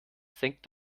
senkt